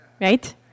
right